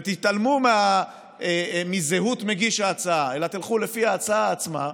ותתעלמו מזהות מגיש ההצעה,